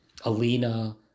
Alina